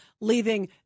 leaving